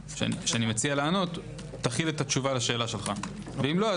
מציע לענות תכיל את התשובה לשאלה שלך ואם לא,